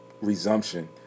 resumption